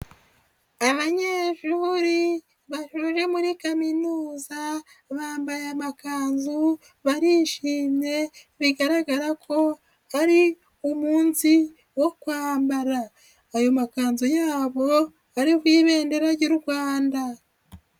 Abanyeshuri bashoje muri kaminuza bambaye amakanzu barishimye bigaragara ko ari umunsi wo kwambara. Ayo makanzu yabo ariho ibendera ry'u Rwanda.